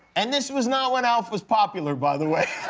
and this was not when alf was popular, by the way.